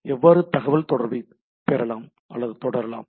எவ்வாறு தகவல்தொடர்பை தொடரலாம்